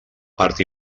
part